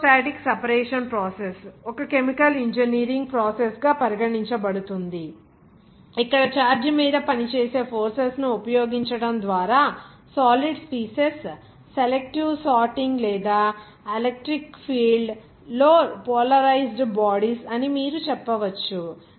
electrostatic separation process ఒక chemical engineering process గా పరిగణించబడుతుంది ఇక్కడ చార్జ్డ్ మీద పనిచేసే ఫోర్సెస్ ను ఉపయోగించడం ద్వారా సాలిడ్ స్పీసీస్ సెలెక్టివ్ సార్టింగ్ లేదా ఎలక్ట్రిక్ ఫీల్డ్ లో పోలరైజ్డ్ బాడీస్ అని మీరు చెప్పవచ్చు